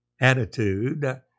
attitude